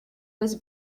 was